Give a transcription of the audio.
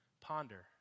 Ponder